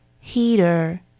Heater